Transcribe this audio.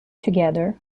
together